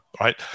right